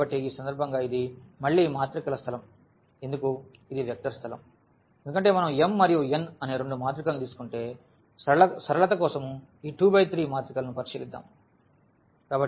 కాబట్టి ఈ సందర్భంగా ఇది మళ్ళీ మాత్రికల స్థలం ఎందుకు ఇది వెక్టర్ స్థలం ఎందుకంటే మనం m మరియు n అనే రెండు మాత్రికలను తీసుకుంటే సరళత కోసం ఈ 2 బై 3 మాత్రికలను పరిశీలిద్దాం